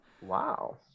Wow